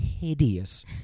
hideous